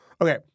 Okay